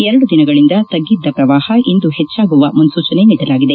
ಎರಡು ದಿನಗಳಿಂದ ತಗ್ಗಿದ್ದ ಪ್ರವಾಹ ಇಂದು ಹೆಚ್ಚಾಗುವ ಮುನ್ಸೂಚನೆ ನೀಡಲಾಗಿದೆ